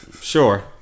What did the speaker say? Sure